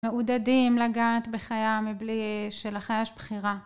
מעודדים לגעת בחיה מבלי שלחיה יש בחירה